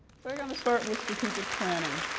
so i'm gonna start with strategic planning.